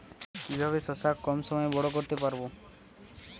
কিভাবে শশা কম সময়ে বড় করতে পারব?